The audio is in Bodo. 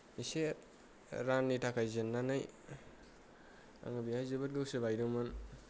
इसे राननि थाखाय जेन्नानै आङो बेहाय जोबोद गोसो बायदोंमोन